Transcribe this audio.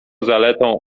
zaletą